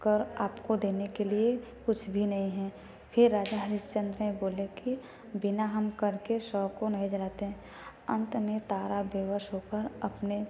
कर आपको देने के लिए कुछ भी नहीं हैं फिर राजा हरिश्चंद्र ने बोले कि बिना हम कर के शव को नहीं जलाते हैं अंत में तारा बेवश हो कर अपने